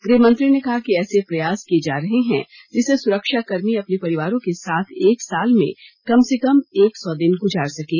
गृहमंत्री ने कहा कि ऐसे प्रयास किए जा रहे हैं जिससे सुरक्षाकर्मी अपने परिवारों के साथ एक साल में कम से कम एक सौ दिन ग़जार सकें